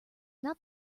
not